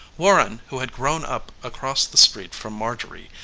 warren, who had grown up across the street from marjorie,